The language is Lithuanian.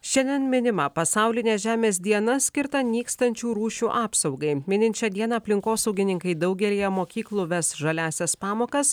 šiandien minima pasaulinė žemės diena skirta nykstančių rūšių apsaugai minint šią dieną aplinkosaugininkai daugelyje mokyklų ves žaliąsias pamokas